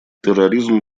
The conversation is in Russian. терроризм